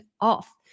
off